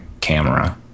camera